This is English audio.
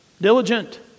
diligent